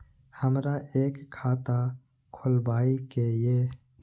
हमरा एक खाता खोलाबई के ये?